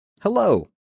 hello